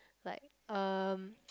like um